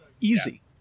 easy